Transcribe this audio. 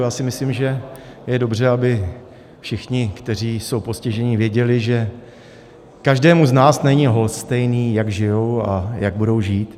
Já si myslím, že je dobře, aby všichni, kteří jsou postiženi, věděli, že každému z nás není lhostejné, jak žijí a jak budou žít.